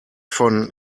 von